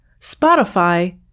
Spotify